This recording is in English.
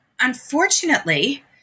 unfortunately